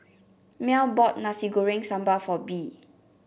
Mell bought Nasi Goreng Sambal for Bee